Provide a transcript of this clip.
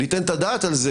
ניתן את הדעת על זה?